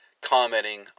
commenting